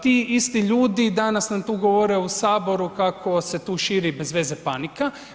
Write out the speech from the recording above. Ti isti ljudi danas nam tu govore u Saboru kako se tu širi bezveze panika.